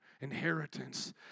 inheritance